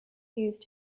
used